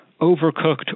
overcooked